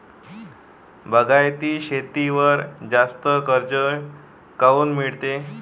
बागायती शेतीवर जास्त कर्ज काऊन मिळते?